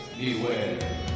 Beware